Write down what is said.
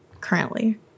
currently